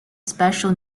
special